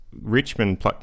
Richmond